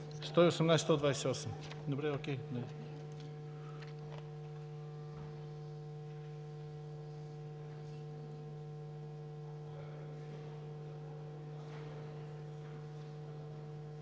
118 и 128? Добре, окей.